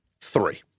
Three